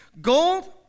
Gold